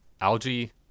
algae